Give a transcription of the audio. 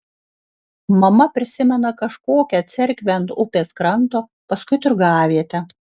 mama prisimena kažkokią cerkvę ant upės kranto paskui turgavietę